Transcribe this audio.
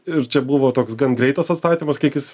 ir čia buvo toks gan greitas atstatymas kiek jis